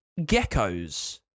geckos